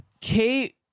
Kate